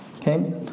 okay